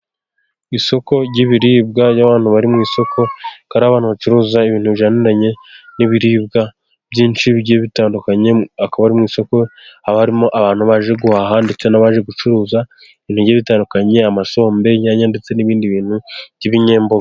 Isoko ry'ibiribwa, iyo abantu bari mu isoko haba hari abantu bacuruza ibintu bijyaniranye n'ibiribwa byinshi bitandukanye, akaba mu isoko haba harimo abantu baje guhaha ndetse n'abaje gucuruza ibintu bigiye bitandukanye, amasombe, inyanya ndetse n'ibindi bintu by'ibinyemboga.